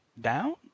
down